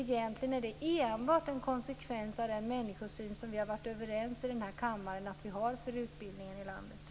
Egentligen är det enbart en konsekvens av den människosyn som vi har varit överens om i den här kammaren att vi har för utbildningen i landet.